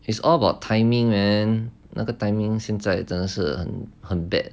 it's all about timing man 那个 timing 现在真的是很很 bad